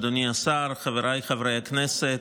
אדוני השר, חבריי חברי הכנסת,